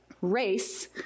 race